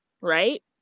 right